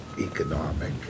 economic